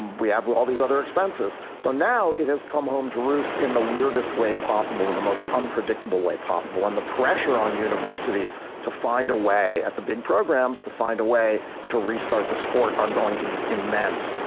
we have all these other expenses. so now it has come home to roost in the weirdest way possible and the most unpredictable way possible. and the pressure on universities to find a way at the big programs, to find a way to restart the sport are going to be immense.